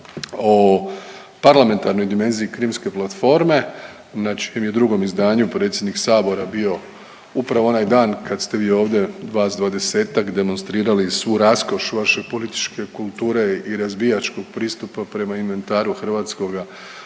o parlamentarnoj dimenziji krimske platforme na čijem je drugom izdanju predsjednik sabora bio upravo onaj dan kad ste vi ovdje, vas 20-ak demonstrirali svu raskoš vaše političke kulture i razbijačkog pristupa prema inventaru Hrvatskoga